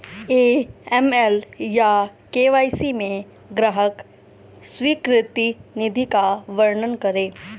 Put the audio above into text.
AML या KYC में ग्राहक स्वीकृति नीति का वर्णन करें?